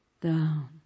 Down